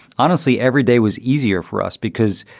honestly, everyday was easier for us because,